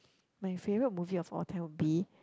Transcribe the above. my favourite movie of all time would be